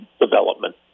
development